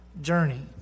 journey